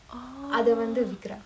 orh